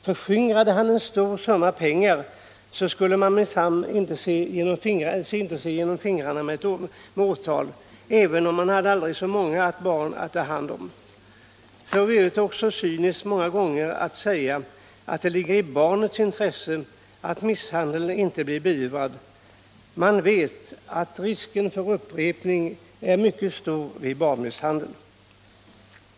Förskingrade han en stor summa pengar, skulle man minsann inte se genom fingrarna med åtal, även om han hade aldrig så många barn att ta hand om. F. ö. är det också många gånger cyniskt att säga att det ligger i barnets intresse att misshandeln inte blir beivrad. Man vet att risken för upprepning är mycket stor vid barnmisshandel.